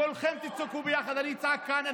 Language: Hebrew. כולכם תצעקו ביחד, אני אצעק כאן.